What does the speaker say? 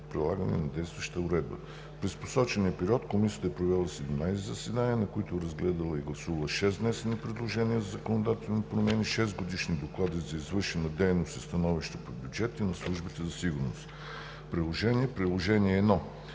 прилагане на действащата уредба. През посочения период Комисията е провела 17 заседания, на които е разгледала и гласувала шест внесени предложения за законодателни промени, шестгодишни доклади за извършена дейност и становища по бюджетите на службите за сигурност. Приложения: 1.